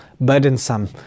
burdensome